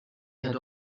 had